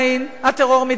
הטרור מתגבר.